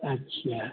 अच्छा